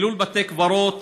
חילול בתי קברות,